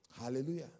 Hallelujah